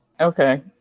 Okay